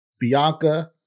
Bianca